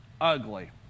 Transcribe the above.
ugly